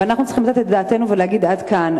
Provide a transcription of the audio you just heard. ואנחנו צריכים לתת את דעתנו ולהגיד: עד כאן,